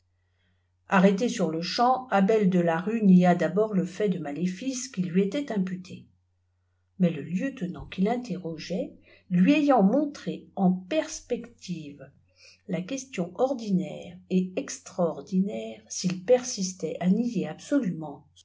arrêté sur-le-champ abel de larue nia d'abord le fait de maléfice qui lui était imputé mais le lieutenant qui l'interrogeait lui ayant montré en perspective la question ordinaire et ctraordinaire s'il persistait à nier absolument